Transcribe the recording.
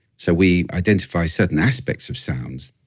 so we identify certain aspects of sounds.